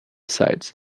sites